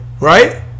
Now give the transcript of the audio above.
right